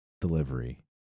delivery